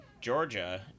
Georgia